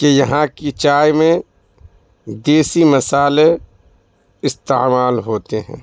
کہ یہاں کی چائے میں دیسی مصالحے استعمال ہوتے ہیں